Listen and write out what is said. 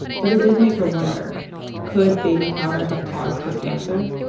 but it did make her wonder could baby powder have caused her cancer?